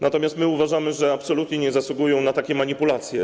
Natomiast my uważamy, że absolutnie nie zasługują na takie manipulacje.